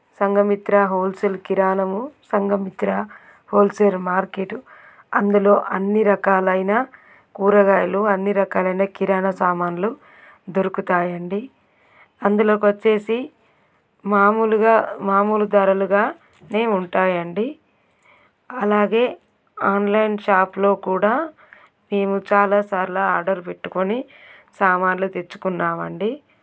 Sanghamitra wholesale కిరాణము Sanghamitra wholesale market అందులో అన్నీ రకాలైన కూరగాయలు అన్నీ రకాలైన కిరాణా సామాన్లు దొరుకుతాయండి అందులోకొచ్చేసి మామూలుగా మామూలు ధరలుగానే ఉంటాయండి అలాగే ఆన్లైన్ షాప్లో కూడా మేము చాలాసార్లు ఆర్డర్ పెట్టుకొని సామాన్లు తెచ్చుకున్నామండి